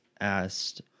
asked